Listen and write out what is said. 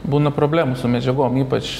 būna problemų su medžiagom ypač